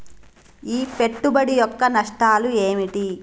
ఈ పెట్టుబడి యొక్క నష్టాలు ఏమిటి?